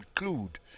include